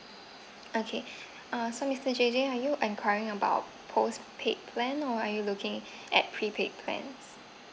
okay uh so mister J J are you enquiring about postpaid plan or are you looking at prepaid plans